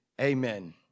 Amen